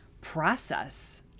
process